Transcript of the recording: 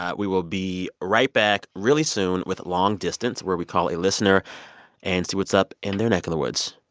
ah we will be right back really soon with long distance, where we call a listener and see what's up in their neck of the woods.